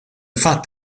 fatt